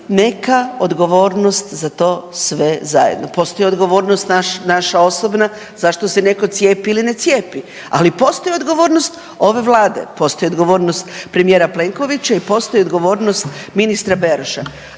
neka odgovornost za to sve zajedno, postoji odgovornost naša osobna zašto se neko cijepi ili ne cijepi, ali postoji odgovornost ove vlade, postoji odgovornost premijera Plenkovića i postoji odgovornost ministra Beroša.